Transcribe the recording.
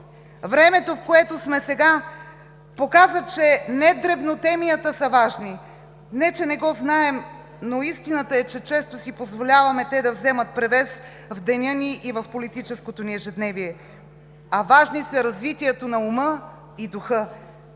Времето, в което сме сега, показа, че не дребнотемията са важни. Не че не го знаем, но истината е, че често си позволяваме те да вземат превес в деня ни и в политическото ни ежедневие, а важни са развитието на ума и духа.